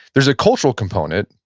there's a cultural component,